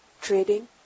trading